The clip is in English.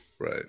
right